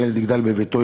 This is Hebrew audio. שהילד יגדל בביתו,